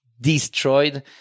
destroyed